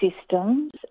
systems